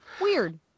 Weird